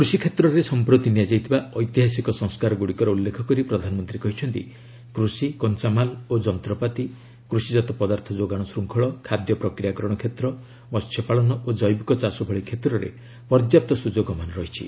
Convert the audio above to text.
କୃଷିକ୍ଷେତ୍ରରେ ସଂପ୍ରତି ନିଆଯାଇଥିବା ଐତିହାସିକ ସଂସ୍କାରଗୁଡ଼ିକର ଉଲ୍ଲେଖ କରି ପ୍ରଧାନମନ୍ତ୍ରୀ କହିଛନ୍ତି କୃଷି କଞ୍ଚାମାଲ ଓ ଯନ୍ତ୍ରପାତି କୃଷିଜାତ ପଦାର୍ଥ ଯୋଗାଣ ଶୃଙ୍ଖଳ ଖାଦ୍ୟ ପ୍ରକ୍ରିୟାକରଣ କ୍ଷେତ୍ର ମସ୍ୟ ପାଳନ ଓ ଜୈବିକ ଚାଷ ଭଳି କ୍ଷେତ୍ରରେ ପର୍ଯ୍ୟାପ୍ତ ସୁଯୋଗମାନ ରହିଛି